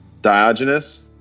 Diogenes